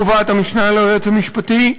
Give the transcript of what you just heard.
קובעת המשנה ליועץ המשפטי,